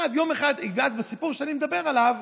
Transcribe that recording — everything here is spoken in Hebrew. יום אחד, בסיפור שאני מדבר עליו,